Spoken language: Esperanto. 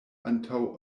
antaŭ